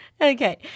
Okay